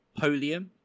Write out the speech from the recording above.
Polium